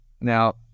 Now